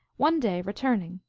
one day, returning,